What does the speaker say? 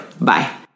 Bye